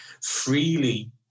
freely